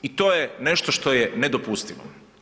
I to je nešto što je nedopustivo.